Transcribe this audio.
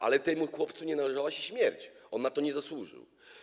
Ale temu chłopcu nie należała się śmierć, on na to nie zasłużył.